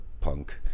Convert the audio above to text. punk